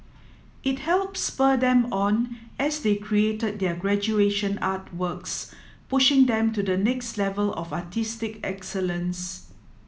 it helped spur them on as they created their graduation artworks pushing them to the next level of artistic excellence